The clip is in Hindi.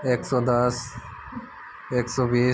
एक सौ दस एक सौ बीस